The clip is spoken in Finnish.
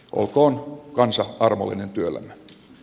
olkoon kansa armollinen työllemme